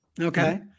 Okay